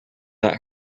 that